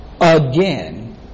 again